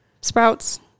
Sprouts